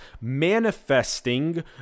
manifesting